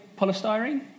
polystyrene